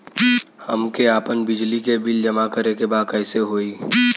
हमके आपन बिजली के बिल जमा करे के बा कैसे होई?